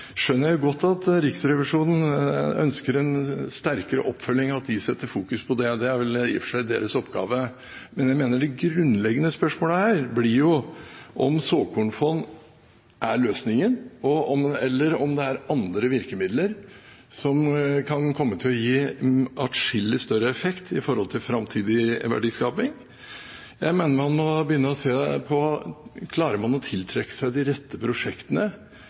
skjønner godt at Riksrevisjonen ønsker en sterkere oppfølging, og at de setter fokus på det – det er vel i og for seg deres oppgave. Men jeg mener de grunnleggende spørsmålene her blir om såkornfond er løsningen, eller om det er andre virkemidler som kan komme til å gi atskillig større effekt med tanke på framtidig verdiskaping. Jeg mener man må begynne å se på: Klarer man å tiltrekke seg de rette prosjektene